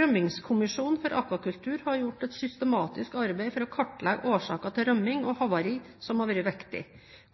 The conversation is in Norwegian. Rømmingskommisjonen for akvakultur har gjort et systematisk arbeid for å kartlegge årsaker til rømming og havari som har vært viktig.